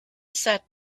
sat